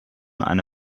eine